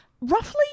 roughly